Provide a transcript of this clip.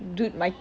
dude my